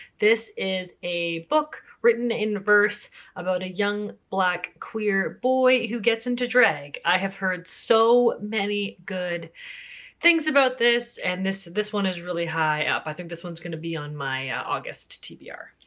this is a book written in verse about a young, black queer boy who gets into drag. i have heard so many good things about this and this this one is really high up. i think this one is going to be on my august tbr.